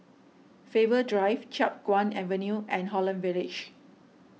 Faber Drive Chiap Guan Avenue and Holland Village